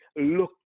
look